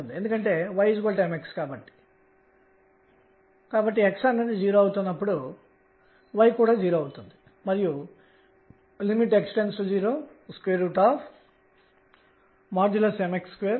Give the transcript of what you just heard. ఎందుకంటే Lz అనేది L యొక్క z అంశం అనగా మాడ్యులస్ Lz అనేది L కంటే తక్కువ లేదా సమానంగా ఉండాలి